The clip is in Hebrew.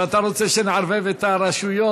ואתה רוצה שנערבב את הרשויות?